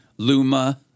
Luma